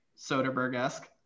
Soderbergh-esque